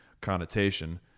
connotation